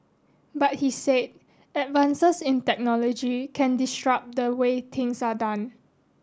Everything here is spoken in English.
but he said advances in technology can disrupt the way things are done